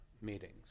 meetings